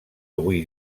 avui